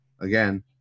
Again